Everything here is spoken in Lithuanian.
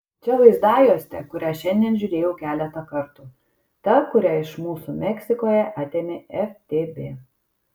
čia vaizdajuostė kurią šiandien žiūrėjau keletą kartų ta kurią iš mūsų meksikoje atėmė ftb